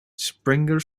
springer